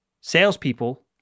salespeople